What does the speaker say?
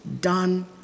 done